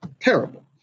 terrible